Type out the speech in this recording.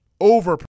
Over